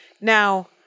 now